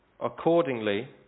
Accordingly